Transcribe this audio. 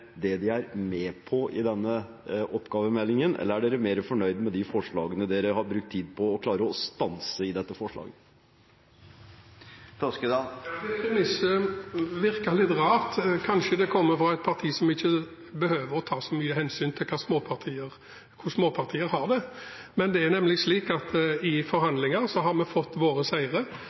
det de er med på i denne oppgavemeldingen, eller er de mer fornøyd med de forslagene de har brukt tid på å klare å stanse i dette forslaget? Ja, det premisset virker litt rart – kanskje det kommer fra et parti som ikke behøver å ta så mange hensyn til hvordan småpartier har det. Det er nemlig slik at vi i